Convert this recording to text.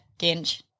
Ginch